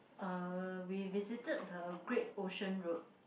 uh we visited the Great Ocean Road